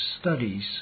Studies